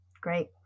great